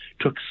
took